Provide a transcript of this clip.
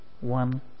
one